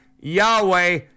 Yahweh